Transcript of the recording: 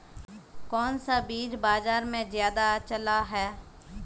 कोन सा बीज बाजार में ज्यादा चलल है?